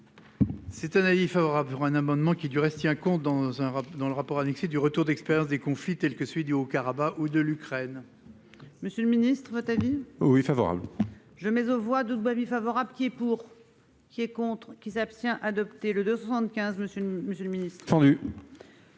C'est un avis favorable sur un amendement qui du reste tient compte dans un rapport dans le rapport annexé du retour d'expérience des conflits tels que celui du Haut Karabach ou de l'Ukraine. Monsieur le Ministre votre avis oui favorable. Je mets aux voix de Baby favorable pied pour qui est contre qui s'abstient adopté le 2 75, monsieur. Monsieur le Ministre. Avis de